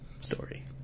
story